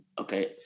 okay